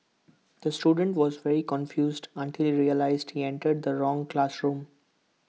the student was very confused until realised he entered the wrong classroom